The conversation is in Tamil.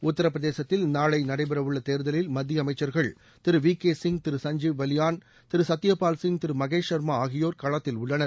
உத்திரபிரதேசத்தில் நாளை நடைபெறவுள்ள தேர்தலில் மத்திய அமைச்சர்கள் திரு வி கே சிங் திரு சஞ்சீவ் பலியான் திரு சத்தியபால் சிங் திரு மகேஷ் சர்மா ஆகியோர் களத்தில் உள்ளனர்